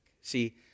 See